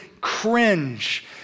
cringe